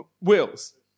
wills